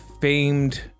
famed